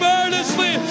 earnestly